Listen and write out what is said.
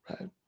right